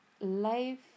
life